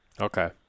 okay